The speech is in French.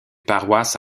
paroisse